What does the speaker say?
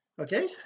okay